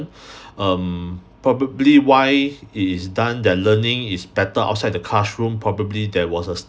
um probably why it is done that learning is better outside the classroom probably there was a